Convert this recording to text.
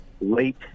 late